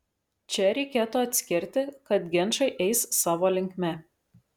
čia reikėtų atskirti kad ginčai eis savo linkme